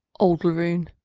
old laroon,